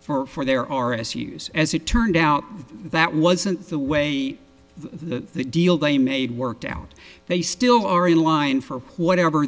for their r s u's as it turned out that wasn't the way the deal they made worked out they still are in line for whatever